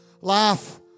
Life